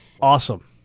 Awesome